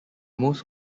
most